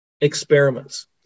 experiments